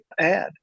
add